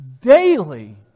daily